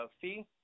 fee